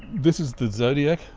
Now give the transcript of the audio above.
this is the zodiac,